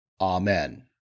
Amen